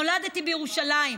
נולדתי בירושלים,